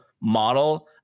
model